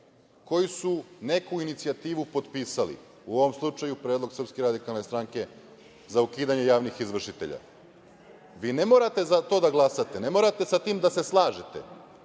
koji su neku inicijativu potpisali, u ovom slučaju predlog SRS za ukidanje javnih izvršitelja. Vi ne morate za to da glasate, ne morate sa tim da se slažete,